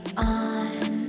on